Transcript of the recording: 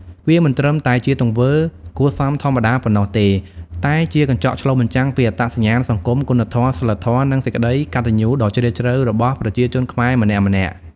វាមិនត្រឹមតែជាទង្វើគួរសមធម្មតាប៉ុណ្ណោះទេ តែជាកញ្ចក់ឆ្លុះបញ្ចាំងពីអត្តសញ្ញាណសង្គម គុណធម៌ សីលធម៌ និងសេចក្តីកតញ្ញូដ៏ជ្រាលជ្រៅរបស់ប្រជាជនខ្មែរម្នាក់ៗ។